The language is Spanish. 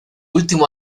último